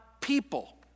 people